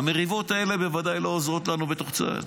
המריבות האלה בוודאי לא עוזרות לנו בתוך צה"ל.